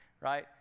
right